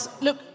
Look